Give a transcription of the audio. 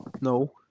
No